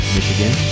Michigan